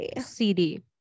CD